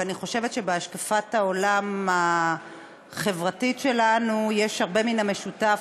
ואני חושבת שבהשקפת העולם החברתית שלנו יש הרבה מן המשותף,